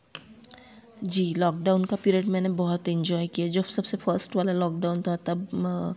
जी lockdown का period मैंने बहुत एंजॉय किया जब सबसे फर्स्ट वाला लॉक डाउन था तब